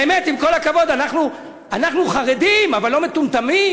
באמת, עם כל הכבוד, אנחנו חרדים אבל לא מטומטמים.